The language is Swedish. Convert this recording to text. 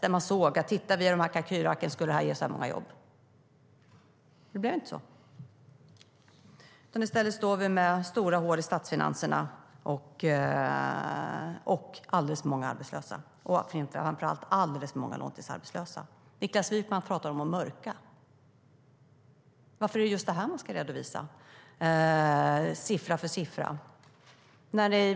I dessa kalkylark såg ni att det skulle ge så här många jobb. Men det blev inte så. I stället står vi med stora hål i statsfinanserna och alldeles för många arbetslösa, framför allt långtidsarbetslösa. Niklas Wykman talar om att mörka. Varför ska just detta redovisas siffra för siffra?